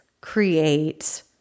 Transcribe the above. create